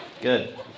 Good